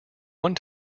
one